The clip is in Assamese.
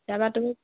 যাবা তুমি